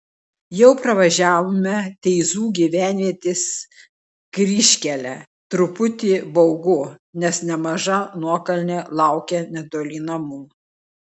jau pravažiavome teizų gyvenvietės kryžkelę truputį baugu nes nemaža nuokalnė laukia netoli namų